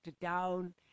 down